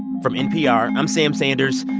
from npr, i'm sam sanders,